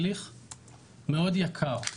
הרב ולר צודק שאפשר לגייר וגם גיירנו כבר זמרות,